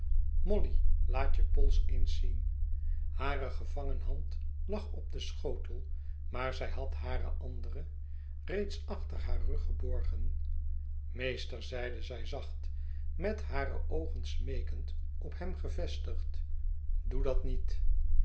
molly laat je pols eens zien hare gevangen hand lag op den schotel maar zij had hare andere reeds achter haar rug geborgen meester zeide zij zacht met hare oogen smeekend op hem gevestigd doe dat niet